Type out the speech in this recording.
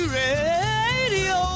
radio